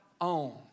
own